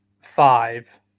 Five